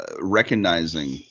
recognizing